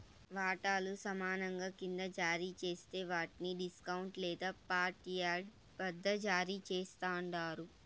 వాటాలు సమానంగా కింద జారీ జేస్తే వాట్ని డిస్కౌంట్ లేదా పార్ట్పెయిడ్ వద్ద జారీ చేస్తండారు